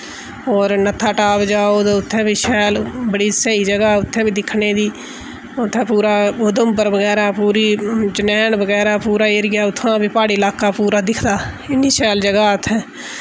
और नत्थाटाप जाओ त उत्थै बी शैल बड़ी स्हेई जगह् उत्थै बी दिक्खने दी उत्थै पूरा उधमपुर बगैरा पूरी चनैन बगैरा पूरा एरिया उत्थुआं दा बी प्हाड़ी लाका पूरा दिखदा इन्नी शैल जगह् उत्थै